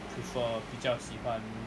prefer 比较喜欢